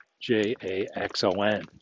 j-a-x-o-n